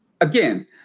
Again